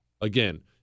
Again